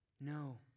No